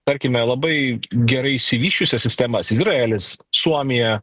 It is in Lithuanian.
tarkime labai gerai išsivysčiusias sistemas izraelis suomija